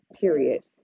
Period